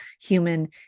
human